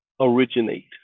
originate